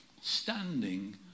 standing